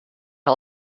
que